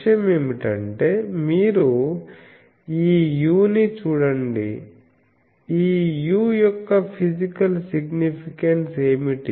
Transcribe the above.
విషయం ఏమిటంటే మీరు ఈ u ని చూడండి ఈ u యొక్క ఫిజికల్ సిగ్నిఫికెన్స్ ఏమిటి